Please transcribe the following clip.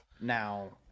now